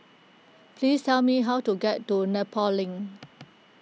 please tell me how to get to Nepal Link